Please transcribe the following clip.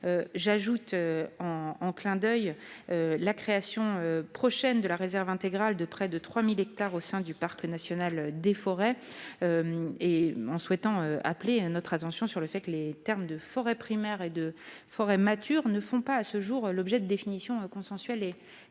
J'ajoute, en clin d'oeil, la création prochaine de la réserve intégrale de près de 3 000 hectares au sein du parc national de forêts. Je souhaite appeler votre attention sur le fait que les termes « forêt primaire » et « forêt mature » ne font pas, à ce jour, l'objet d'une définition consensuelle et partagée.